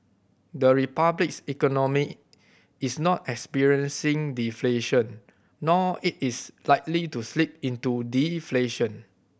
the Republic's economy is not experiencing deflation nor it is likely to slip into deflation